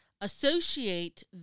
associate